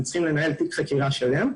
הם צריכים לנהל על זה תיק חקירה שלם,